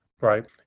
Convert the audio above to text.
Right